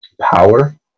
power